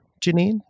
Janine